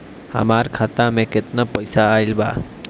हमार खाता मे केतना पईसा आइल बा?